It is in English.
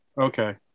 Okay